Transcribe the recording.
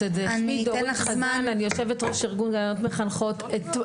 אני יושבת-ראש ארגון גננות מחנכות.